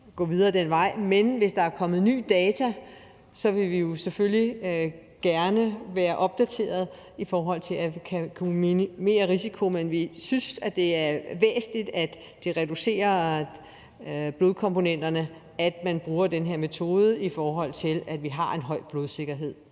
Men hvis der er kommet nye data, vil vi selvfølgelig gerne være opdateret i forhold til at kunne minimere risici, men vi synes, at det er væsentligt, at man ved reduktion af blodkomponenterne bruger den her metode, i forhold til at vi har en høj blodsikkerhed